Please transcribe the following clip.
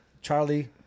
Charlie